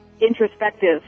introspective